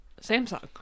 samsung